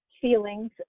feelings